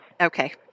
Okay